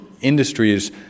industries